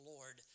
Lord